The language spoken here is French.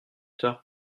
tard